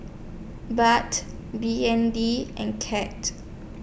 but B N D and Cat